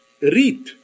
read